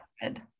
good